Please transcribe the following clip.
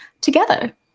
together